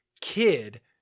kid